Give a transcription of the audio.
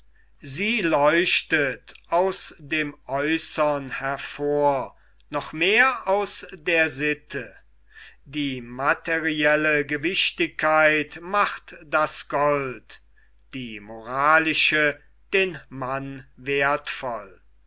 sie leuchtet aus dem aeußern hervor noch mehr aus der sitte die materielle gewichtigkeit macht das gold die moralische den mann werthvoll